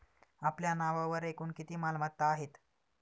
आपल्या नावावर एकूण किती मालमत्ता आहेत?